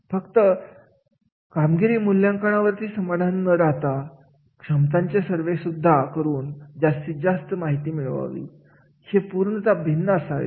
फक्त कामगिरी मूल्यांकन वरती समाधानी न राहता क्षमतांच्या सर्वे सुद्धा करून जास्तीत जास्त माहिती मिळवावी हे पूर्णतः भिन्न असावे